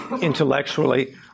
intellectually